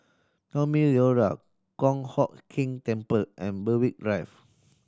Naumi Liora Kong Hock Keng Temple and Berwick Drive